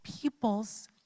people's